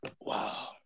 Wow